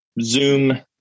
Zoom